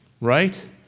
right